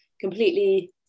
completely